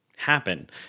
happen